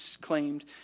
claimed